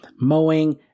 mowing